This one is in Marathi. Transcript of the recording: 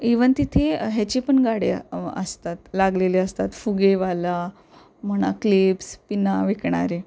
ईवन तिथे ह्याची पण गाड्या असतात लागलेले असतात फुगेवाला म्हणा क्लेप्स पिना विकणारे